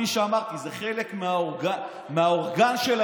כפי שאמרתי, זה חלק מהאורגן שלכם.